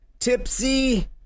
Tipsy